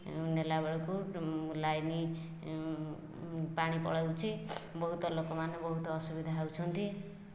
ନେଲାବେଳକୁ line ପାଣି ପଳୋଉଛି ବହୁତ ଲୋକମାନେ ବହୁତ ଅସୁବିଧା ହଉଛନ୍ତି